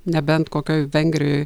nebent kokioje vengrijoj